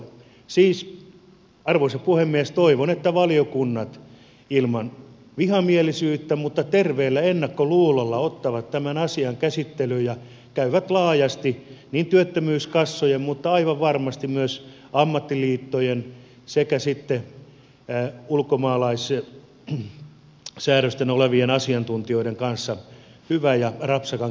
siis arvoisa puhemies toivon että valiokunnat ilman vihamielisyyttä mutta terveellä ennakkoluulolla ottavat tämän asian käsittelyyn ja käyvät laajasti työttömyyskassojen mutta aivan varmasti myös ammattiliittojen sekä sitten ulkomaalaissäädöksien asiantuntijoiden kanssa hyvän ja rapsakan keskustelun valiokunnassa